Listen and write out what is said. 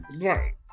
Right